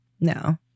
No